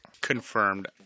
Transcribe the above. Confirmed